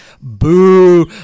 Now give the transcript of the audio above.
Boo